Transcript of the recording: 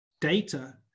data